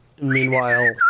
Meanwhile